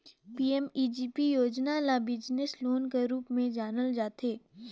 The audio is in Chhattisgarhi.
पीएमईजीपी योजना ल बिजनेस लोन कर रूप में जानल जाथे